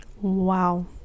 Wow